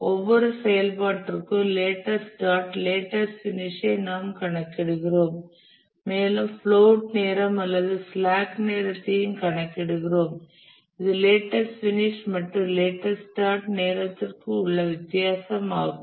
ஒவ்வொரு செயல்பாட்டிற்கும் latest start latest finish நாம் கணக்கிடுகிறோம் மேலும் பிளோட் நேரம் அல்லது ஸ்லாக் நேரத்தையும் கணக்கிடுகிறோம் இது லேட்டஸ்ட் பினிஷ் மற்றும் லேட்டஸ்ட் ஸ்டார்ட் நேரத்திற்கும் உள்ள வித்தியாசமாகும்